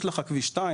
יש לך את כביש 2,